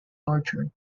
tortured